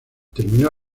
terminó